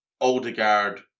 Odegaard